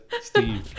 Steve